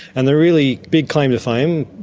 and their really big claim to fame,